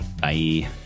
Bye